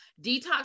detox